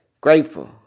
grateful